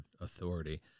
authority